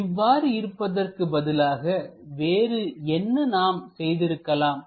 இவ்வாறு இருப்பதற்கு பதிலாக வேறு என்ன நாம் செய்திருக்கலாம்